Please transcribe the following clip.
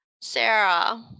Sarah